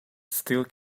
still